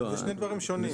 זה שני דברים שונים.